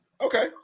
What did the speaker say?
Okay